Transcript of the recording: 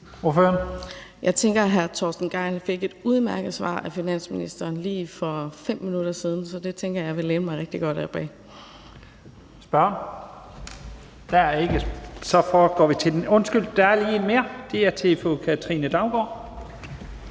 Jeg tænker, at hr. Torsten Gejl fik et udmærket svar af finansministeren lige for 5 minutter siden, så det tænker jeg at jeg vil læne mig rigtig godt op